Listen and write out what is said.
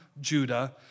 Judah